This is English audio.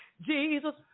Jesus